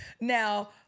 Now